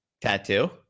tattoo